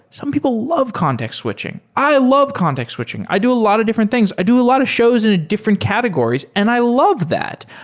some people love context switching. i love context switching. i do a lot of different things. i do a lot of shows in different categories, and i love that.